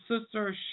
Sister